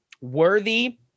worthy